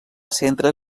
centre